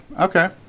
okay